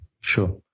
Sure